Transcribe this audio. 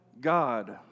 God